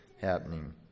happening